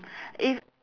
if